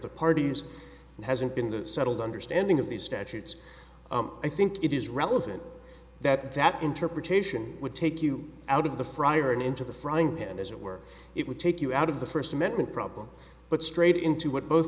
the parties and hasn't been the settled understanding of these statutes i think it is relevant that that interpretation would take you out of the fryer and into the frying pan as it were it would take you out of the first amendment problem but straight into what both